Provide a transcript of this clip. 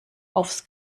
aufs